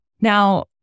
Now